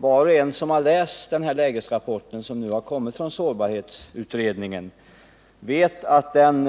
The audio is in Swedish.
Var och en som har läst lägesrapporten från sårbarhetsutredningen vet att den